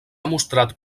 mostrat